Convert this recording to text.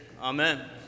Amen